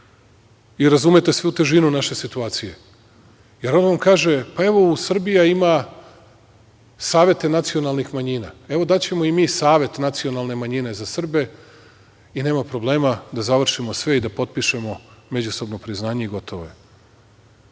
i razumete svu težinu naše situacije. On kaže – evo, Srbija ima savete nacionalnih manjina, evo daćemo i mi savet nacionalne manjine za Srbe i nema problema, da završimo sve i da potpišemo međusobno priznanje i gotovo